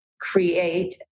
create